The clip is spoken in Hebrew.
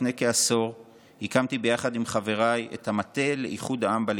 לפני כעשור הקמתי ביחד עם חבריי את המטה לאיחוד העם בליכוד,